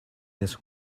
this